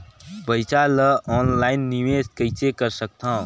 पईसा ल ऑनलाइन निवेश कइसे कर सकथव?